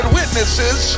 witnesses